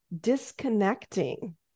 disconnecting